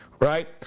Right